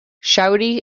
shawty